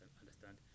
understand